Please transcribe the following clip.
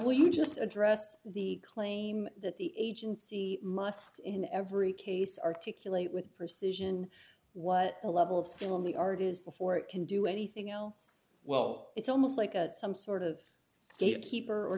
will you just address the claim that the agency must in every case articulate with persuasion what the level of skill in the art is before it can do anything else well it's almost like a some sort of